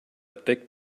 thick